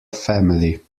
family